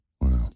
Wow